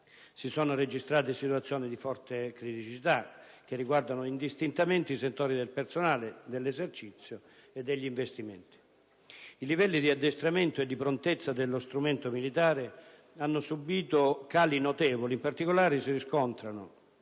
Si sono registrate situazioni di forte criticità, che riguardano indistintamente i settori del personale, dell'esercizio e degli investimenti. I livelli di addestramento e di prontezza dello strumento militare hanno subito cali notevoli. In particolare, si riscontrano: